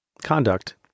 conduct